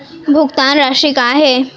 भुगतान राशि का हे?